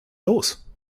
los